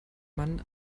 mann